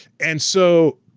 and so,